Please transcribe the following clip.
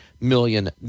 million